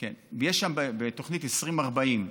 בתוכנית 2040,